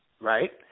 right